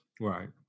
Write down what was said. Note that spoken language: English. right